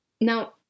now